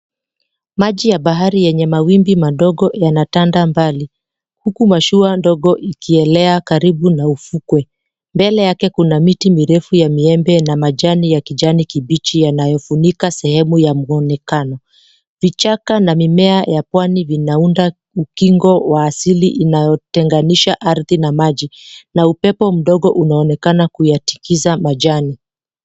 Maji ya bahari yenye mawimbi madogo yanatanda mbali. Huku mashua ndogo ikielea karibu na ufukwe. Mbele yake kuna miti mirefu ya miembe na majani ya kijani kibichi yanayofunika sehemu ya muonekano. Vichaka na mimea ya pwani vinaunda ukingo wa asili inayotenganisha arthi na maji, na upepo mdogo unaonekana kuyatikiza majani.